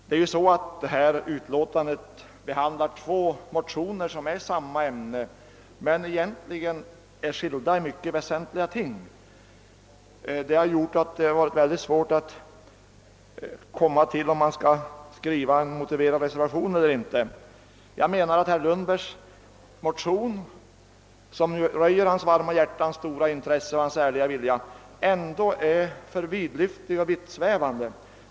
I förevarande utlåtande behandlas två motioner i samma ämne, vilka dock i väsentliga avseenden uppvisar skillnader. Detta har medfört att det varit mycket svårt att motivera en reservation i ärendet. Jag menar att herr Lundbergs motion, som röjer hans varma hjärta, hans stora intresse och hans ärliga vilja, trots allt är för vidlyftig och vittsvävande.